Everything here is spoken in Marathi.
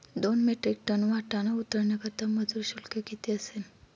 दोन मेट्रिक टन वाटाणा उतरवण्याकरता मजूर शुल्क किती असेल?